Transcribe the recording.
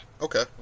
okay